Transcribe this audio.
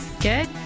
Good